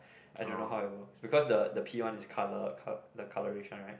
I don't know how it work because the the pee one is colour col~ the colouration right